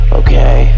okay